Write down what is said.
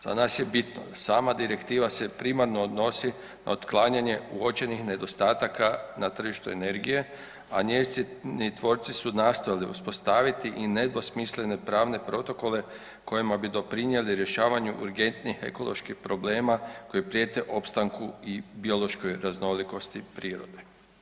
Za nas je bitno sama direktiva se primarno odnosi na otklanjanje uočenih nedostataka na tržištu energije, a njezini tvorci su nastojali uspostaviti i nedvosmislene pravne protokole kojima bi doprinijeli rješavanju urgentnih ekoloških problema koji prijete opstanku i biološkoj raznolikosti prirode.